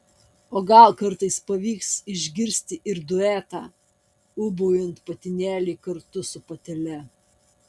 o gal kartais pavyks išgirsti ir duetą ūbaujant patinėlį kartu su patele